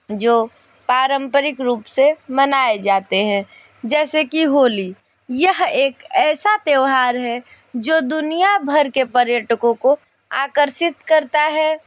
जो पारम्परिक रूप से मनाए जाते हैं जैसे की होली यह एक ऐसा त्यौहार है जो दुनिया भर के पर्यटकों को आकर्षित करता है